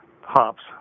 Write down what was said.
hops